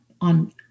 on